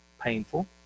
painful